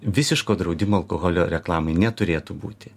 visiško draudimo alkoholio reklamai neturėtų būti